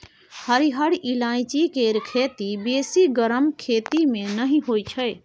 हरिहर ईलाइची केर खेती बेसी गरम खेत मे नहि होइ छै